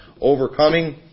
overcoming